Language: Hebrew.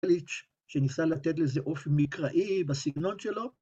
‫שניסה לתת לזה אופן מקראי, בסגנון שלו.